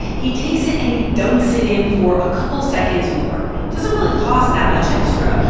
he takes it and he dunks it in for a couple seconds more. it doesn't really cost that much extra,